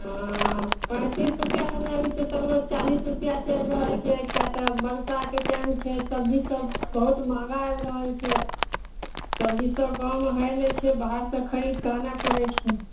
अँ पैँतिस रुपैआ लेबै अभी तऽ सगरो चालिस रुपैआ चलि रहल छै किएक तऽ बरसाके टाइम छै सबजी सब बहुत महगा आबि रहल छै सबजी सब गाममे होइ नहि छै बाहरसे खरिदके आनै पड़ै छै